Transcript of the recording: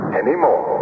...anymore